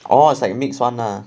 all it's like mix [one] lah